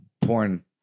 porn